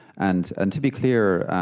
and and to be clear,